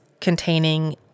containing